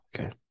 okay